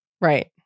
Right